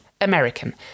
American